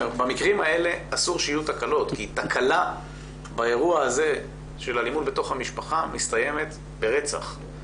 אסור שיהיו תקלות כי תקלה במקרה של אלימות במשפחה מסתיימת ברצח.